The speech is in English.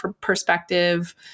perspective